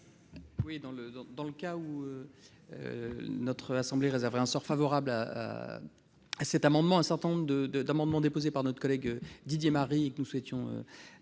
vote. Dans le cas où notre assemblée réserverait un sort favorable à cet amendement, un certain nombre d'amendements déposés par notre collègue Didier Marie tomberaient.